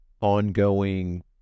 ongoing